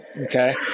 okay